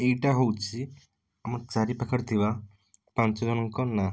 ଏଇଟା ହେଉଛି ଆମ ଚାରିପାଖରେ ଥିବା ପାଞ୍ଚ ଜଣଙ୍କ ନାଁ